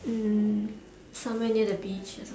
mm somewhere near the beach or something